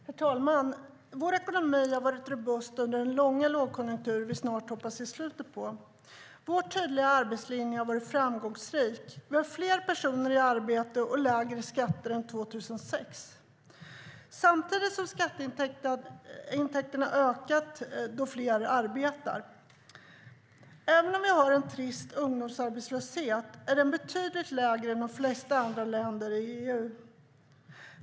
Herr talman! Vår ekonomi har varit robust under den långa lågkonjunktur vi snart hoppas se slutet på. Vår tydliga arbetslinje har varit framgångsrik, med fler personer i arbete och lägre skatter än 2006, samtidigt som skatteintäkterna ökat då fler arbetar. Även om vi har en trist ungdomsarbetslöshet är den betydligt lägre än i de flesta andra länder i EU.